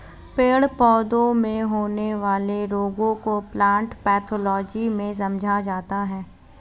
पेड़ पौधों में होने वाले रोगों को प्लांट पैथोलॉजी में समझा जाता है